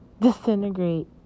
disintegrate